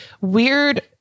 weird